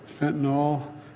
fentanyl